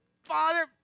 Father